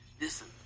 Listen